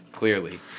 Clearly